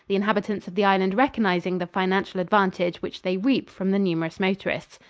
the inhabitants of the island recognizing the financial advantage which they reap from the numerous motorists.